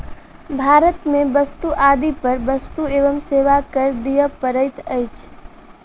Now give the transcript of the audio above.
भारत में वस्तु आदि पर वस्तु एवं सेवा कर दिअ पड़ैत अछि